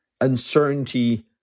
uncertainty